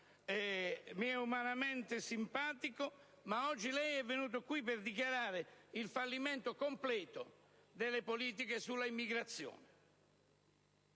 ma umanamente mi è simpatico. Oggi però lei è venuto qui per dichiarare il fallimento completo delle politiche sull'immigrazione.